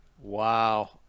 Wow